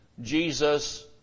Jesus